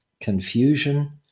confusion